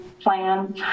plan